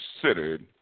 considered